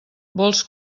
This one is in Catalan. vols